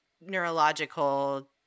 neurological